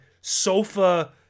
sofa